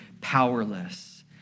powerless